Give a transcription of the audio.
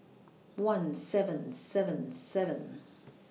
one seven seven seven